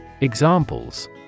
Examples